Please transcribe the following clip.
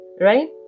right